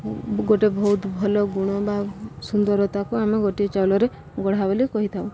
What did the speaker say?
ଗୋଟେ ବହୁତ ଭଲ ଗୁଣ ବା ସୁନ୍ଦରତାକୁ ଆମେ ଗୋଟିଏ ଚାଉଳରେ ଗଢ଼ା ବୋଲି କହିଥାଉ